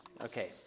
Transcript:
Okay